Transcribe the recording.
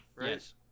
Yes